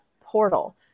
portal